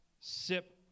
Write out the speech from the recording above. sip